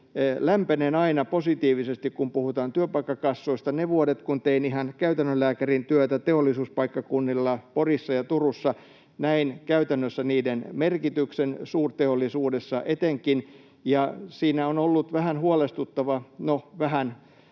Lämpenen aina positiivisesti, kun puhutaan työpaikkakassoista. Ne vuodet, kun tein ihan käytännön lääkärin työtä teollisuuspaikkakunnilla, Porissa ja Turussa, näin käytännössä niiden merkityksen, suurteollisuudessa etenkin, ja siinä on ollut vähän — no vähän,